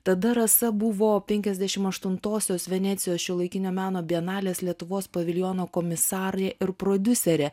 tada rasa buvo penkiasdešimtosios venecijos šiuolaikinio meno bienalės lietuvos paviljono komisarė ir prodiuserė